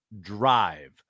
drive